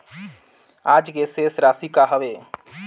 आज के शेष राशि का हवे?